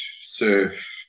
surf